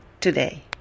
today